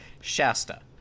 Shasta